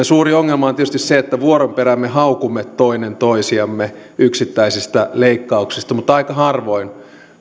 suuri ongelmamme on tietysti se että vuoron perään me haukumme toinen toistamme yksittäisistä leikkauksista mutta aika harvoin